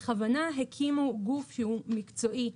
בכוונה הקימו גוף שהוא מקצועי,